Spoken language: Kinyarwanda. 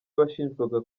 washinjwaga